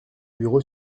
bureau